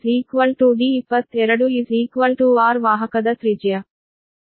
ಈಗ d11 d22 r ವಾಹಕದ ತ್ರಿಜ್ಯ